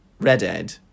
redhead